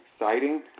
exciting